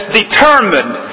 determined